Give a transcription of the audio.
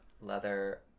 leather